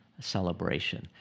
celebration